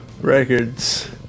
records